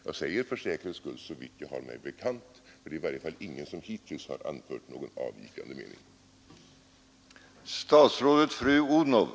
Jag säger för säkerhets skull såvitt jag har mig bekant, för det är i varje fall ingen som hittills anfört någon avvikande mening.